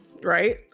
right